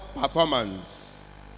performance